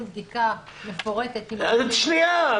בדיקה מפורטת עם גורמים האלה --- שנייה.